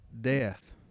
death